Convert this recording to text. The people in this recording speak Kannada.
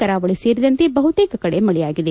ಕರಾವಳ ಸೇಲಿದಂತೆ ಬಹುತೇಕ ಕಡೆ ಮಳೆಯಾಗಿದೆ